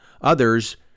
others